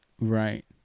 Right